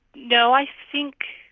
no, i think.